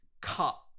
cut